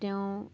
তেওঁ